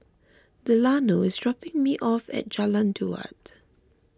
Delano is dropping me off at Jalan Daud